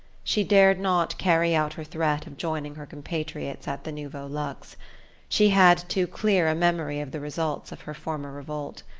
she dared not carry out her threat of joining her compatriots at the nouveau luxe she had too clear a memory of the results of her former revolt.